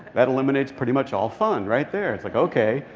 that eliminates pretty much all fun right there. it's, like, okay.